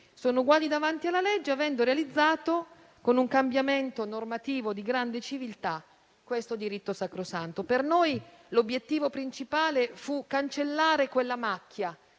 sono uguali davanti alla legge, avendo realizzato, con un cambiamento normativo di grande civiltà, questo diritto sacrosanto. Per noi l'obiettivo principale fu di cancellare quella macchia